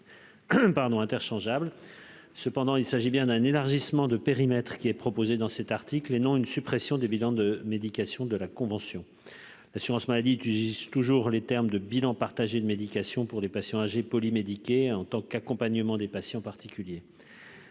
Toutefois, c'est bien un élargissement de périmètre qui est proposé dans cet article ; ce n'est pas une suppression des bilans de médication de la convention. L'assurance maladie utilise toujours les termes de « bilans partagés de médication » pour les patients âgés polymédiqués et en tant qu'accompagnement des patients particuliers.